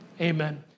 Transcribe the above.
amen